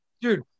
Dude